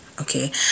okay